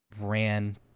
ran